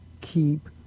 keep